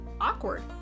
awkward